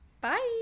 Bye